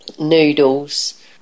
noodles